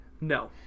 No